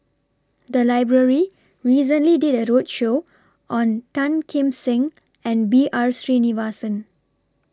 The Library recently did A roadshow on Tan Kim Seng and B R Sreenivasan